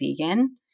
vegan